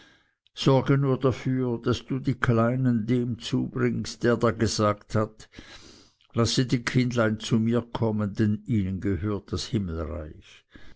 sorge nur dafür daß du die kleinen dem zubringst der da gesagt hat lasset die kindlein zu mir kommen denn ihnen gehört das himmelreich